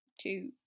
two